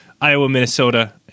Iowa-Minnesota